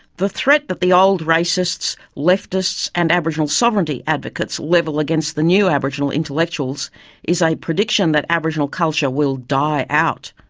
the threat that the old racists, leftists and aboriginal sovereignty advocates level against the new aboriginal intellectuals is a prediction that aboriginal culture will die out.